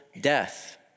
death